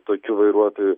tokiu vairuotoju